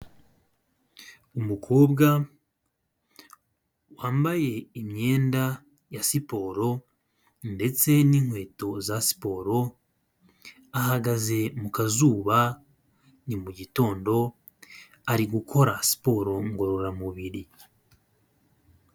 Umukobwa wambaye imyenda ya siporo ndetse n'inkweto za siporo, ahagaze mu kazuba, ni mu gitondo, ari gukora siporo ngororamubiri.